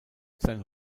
sein